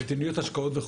ובמדיניות ההשקעות.